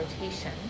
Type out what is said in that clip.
rotation